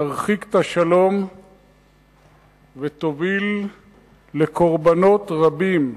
תרחיק את השלום ותוביל לקורבנות רבים,